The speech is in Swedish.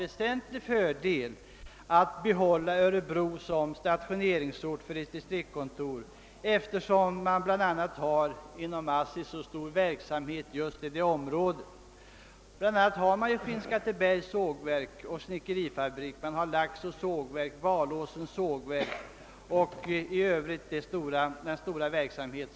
väsentlig fördel att be hålla Örebro som stationeringsort för ett distriktskontor, då man bl.a. inom ASSI har en så stor verksamhet just i det området. Sålunda har man ju där: Skinnskattebergs sågverk och snickerifabrik, Laxå sågverk, Valåsens sågverk och en 1 övrigt omfattande verksamhet.